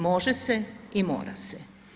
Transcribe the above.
Može se i mora se.